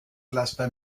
laster